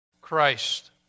Christ